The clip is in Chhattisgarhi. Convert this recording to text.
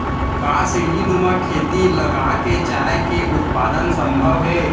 का सीढ़ीनुमा खेती लगा के चाय के उत्पादन सम्भव हे?